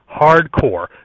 hardcore